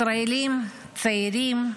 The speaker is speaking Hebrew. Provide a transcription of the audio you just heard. ישראלים צעירים,